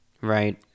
right